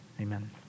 Amen